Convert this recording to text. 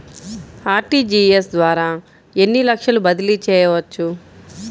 RTGS ద్వారా ఎన్ని లక్షలు బదిలీ చేయవచ్చు?